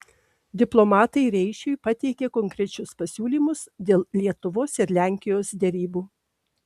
diplomatai reišiui pateikė konkrečius pasiūlymus dėl lietuvos ir lenkijos derybų